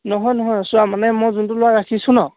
নহয় নহয় চোৱা মানে মই যোনটো ল'ৰা ৰাখিছোঁ নহ্